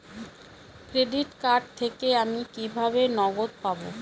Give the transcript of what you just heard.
Credit card থেকে আমি কিভাবে নগদ পাব?